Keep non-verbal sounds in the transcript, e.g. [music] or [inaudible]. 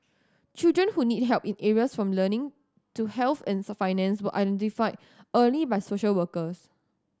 children who need help in areas from learning to health and [unintelligible] finance were identified early by social workers